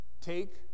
Take